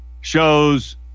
Shows